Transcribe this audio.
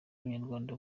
ubunyarwanda